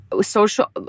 social